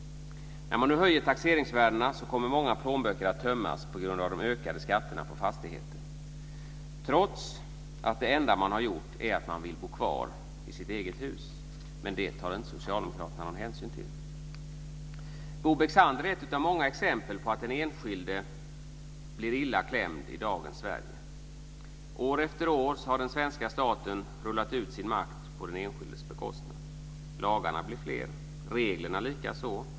När man nu höjer taxeringsvärdena kommer många plånböcker att tömmas på grund av de ökade skatterna på fastigheter, trots att det enda man har gjort är att vilja bo kvar i sitt eget hus. Men det tar inte socialdemokraterna någon hänsyn till. Bo Bexander är ett av många exempel på att den enskilde blir illa klämd i dagens Sverige. År efter år har den svenska staten rullat ut sin makt på den enskildes bekostnad. Lagarna blir fler, reglerna likaså.